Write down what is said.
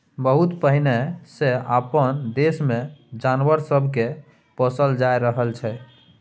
बहुत पहिने सँ अपना देश मे जानवर सब के पोसल जा रहल छै